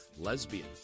Lesbian